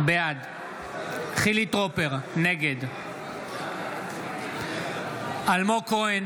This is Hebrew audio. בעד חילי טרופר, נגד אלמוג כהן,